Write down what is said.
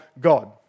God